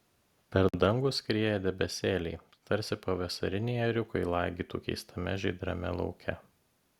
per dangų skrieja debesėliai tarsi pavasariniai ėriukai laigytų keistame žydrame lauke